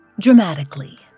Dramatically